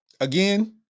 again